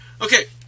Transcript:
Okay